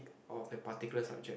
of the particular subject